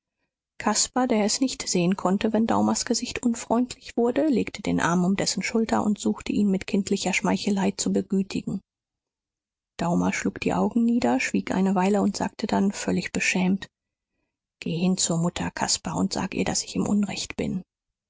caspar der es nicht sehen konnte wenn daumers gesicht unfreundlich wurde legte den arm um dessen schulter und suchte ihn mit kindlicher schmeichelei zu begütigen daumer schlug die augen nieder schwieg eine weile und sagte dann völlig beschämt geh hin zur mutter caspar und sag ihr daß ich im unrecht bin